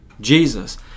Jesus